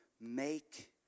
make